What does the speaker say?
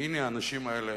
והנה, האנשים האלה